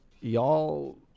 y'all